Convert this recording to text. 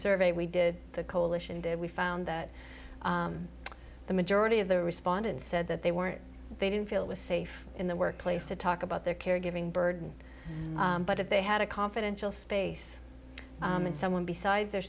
survey we did the coalition did we found that the majority of the respondents said that they weren't they didn't feel it was safe in the workplace to talk about their caregiving burden but if they had a confidential space and someone besides their